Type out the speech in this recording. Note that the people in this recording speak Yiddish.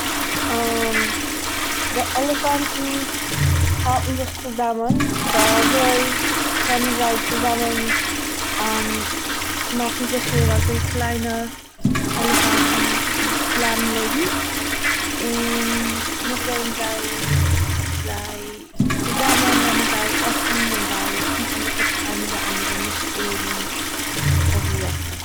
די עלעפאנטן האלטן זיך צוזאמען ווייל אזוי קענען זיי צוזאמען – מאכן זיכער אז די קליינע עלעפאנטן בלייבן לעבן, און... נאכדעם זיי... זיי... צוזאמען נעמען זיי עסן און זיי היטן זיך אפ איינער די אנדערע נישט צו ווערן אויפגעגעסן.